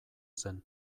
zen